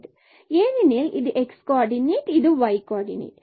ஏனெனில் இது x coordinate மற்றும் y கோ ஆர்டினேட்